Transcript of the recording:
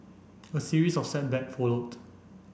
a series of setbacks followed